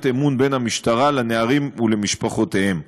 אמון בין המשטרה לנערים ולמשפחותיהם,